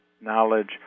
knowledge